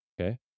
okay